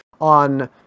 on